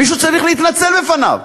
מישהו צריך להתנצל בפניו.